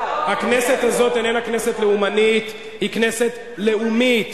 הכנסת הזאת איננה כנסת לאומנית, היא כנסת לאומית.